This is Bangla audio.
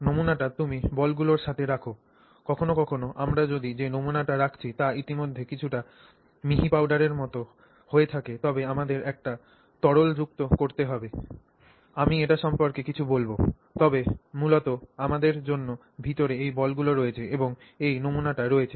নমুনাটি তুমি বলগুলির সাথে রাখ কখনও কখনও আমরা যদি যে নমুনাটি রাখছি তা ইতিমধ্যে কিছুটা মিহি পাউডারের মত হয়ে থাকে তবে আমাদের একটি তরল যুক্ত করতে হবে আমি এটি সম্পর্কে কিছু বলব তবে মূলত আমাদের জন্য ভিতরে এই বলগুলি রয়েছে এবং এই নমুনাটি রয়েছে